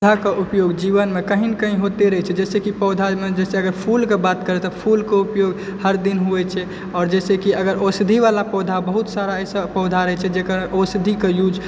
पौधा के उपयोग जीवन मे कहिं ने कहिं होयते रहे छै जैसे कि पौधा मे जे छै फूल के बात करय तऽ फूल के उपयोग हरदिन होइ छै आओर जैसे कि अगर औषधि वाला पौधा बहुत सारा ऐसा पौधा रहे छै जेकर औषधि के यूज